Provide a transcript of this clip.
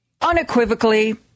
unequivocally